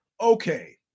Okay